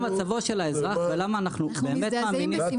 אנחנו מזדעזעים בשמחה.